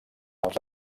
els